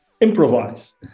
improvise